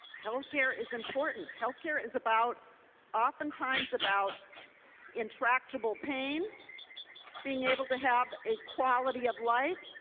healthcare is important. healthcare is about oftentimes about intractable pain being able to have a quality of life.